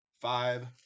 five